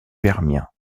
permien